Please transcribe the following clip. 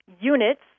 units